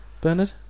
Bernard